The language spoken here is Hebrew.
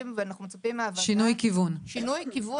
ואנחנו מצפים מהוועדה שינוי כיוון כאן,